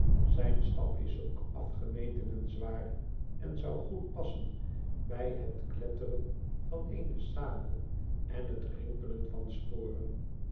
zijn stap is ook afgemeten en zwaar en zou goed passen bij het kletteren van eene sabel en het rinkelen van sporen